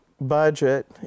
Budget